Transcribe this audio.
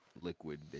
liquid